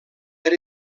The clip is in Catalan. per